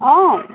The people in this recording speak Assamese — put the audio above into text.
অঁ